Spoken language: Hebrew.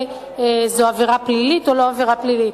זאת עבירה פלילית או לא עבירה פלילית,